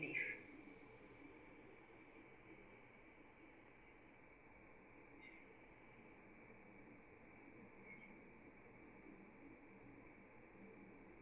leave